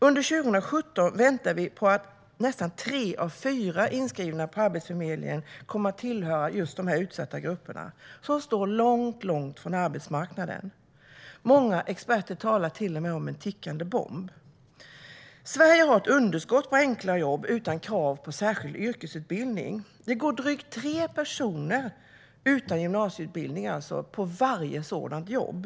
Under 2017 väntas nästan tre av fyra inskrivna på Arbetsförmedlingen tillhöra utsatta grupper som står mycket långt från arbetsmarknaden. Många experter talar till och med om en tickande bomb. Sverige har ett underskott på enkla jobb utan krav på särskild yrkesutbildning. Det går drygt tre personer utan gymnasieutbildning på varje sådant jobb.